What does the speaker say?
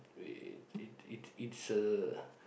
it it it it's a